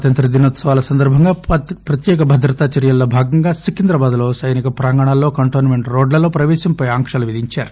స్వాతంత్ర దినోత్పవాల సందర్భంగా ప్రత్యేక భద్రతా చర్యల్లో భాగంగా సికింద్రాబాద్లో సైనిక ప్రాంగణాల్లో కంటోస్మెంట్ రోడ్లలో ప్రవేశంపై ఆంక్షలు విధించారు